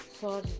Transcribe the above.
Sorry